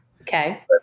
Okay